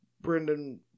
Brendan